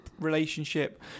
relationship